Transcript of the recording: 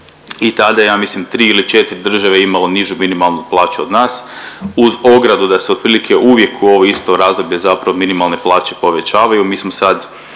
i tada je, ja mislim 3 ili 4 države imalo nižu minimalnu plaću od nas, uz ogradu, da se otprilike uvijek u ovo isto razdoblje zapravo minimalne plaće povećavaju.